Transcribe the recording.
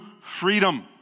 freedom